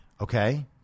okay